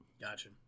Gotcha